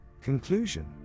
Conclusion